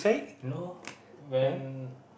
no when